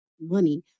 money